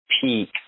peak